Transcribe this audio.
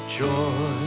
joy